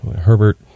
Herbert